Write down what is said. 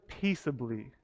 peaceably